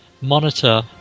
monitor